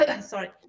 sorry